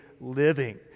living